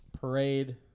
parade